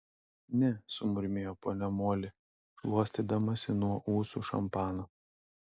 ne sumurmėjo ponia moli šluostydamasi nuo ūsų šampaną